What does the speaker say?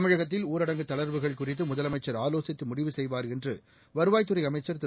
தமிழகத்தில் ஊரடங்கு தளர்வுகள் குறித்துமுதலமைச்சர் ஆலோசித்துமுடிவு செய்வார் என்றுவருவாய்த்துறைஅமைச்சர் திரு